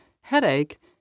headache